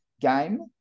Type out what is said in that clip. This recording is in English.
game